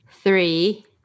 Three